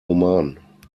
oman